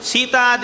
Sita